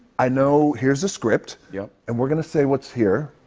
i know here's the script. yep. and we're gonna say what's here.